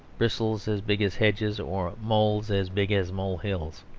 bristles as big as hedges, or moles as big as molehills.